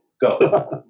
Go